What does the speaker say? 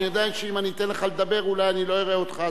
אני יודע שאם אני אתן לך לדבר אולי אני לא אראה אותך,